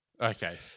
Okay